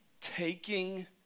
taking